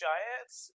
Giants